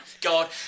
God